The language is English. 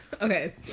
Okay